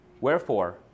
Wherefore